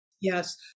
Yes